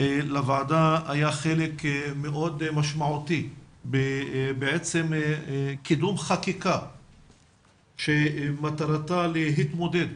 לוועדה היה חלק מאוד משמעותי בעצם קידום חקיקה שמטרתה להתמודד